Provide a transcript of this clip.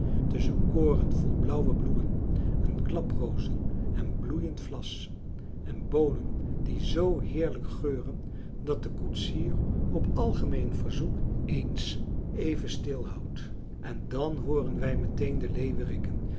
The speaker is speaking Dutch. tusschen koren vol blauwe bloemen en klaprozen en bloeiend vlas en boonen die z heerlijk geuren dat de koetsier op algemeen verzoek eens even stilhoudt en dan hooren wij meteen de leeuweriken